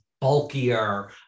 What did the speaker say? bulkier